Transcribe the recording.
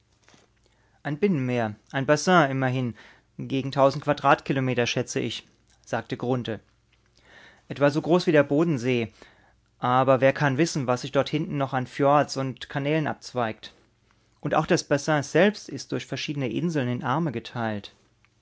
ein binnenmeer ein bassin immerhin gegen tausend quadratkilometer schätze ich sagte grunthe etwa so groß wie der bodensee aber wer kann wissen was sich dort hinten noch an fjords und kanälen abzweigt und auch das bassin selbst ist durch verschiedene inseln in arme geteilt